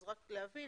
רק להבין.